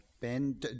ben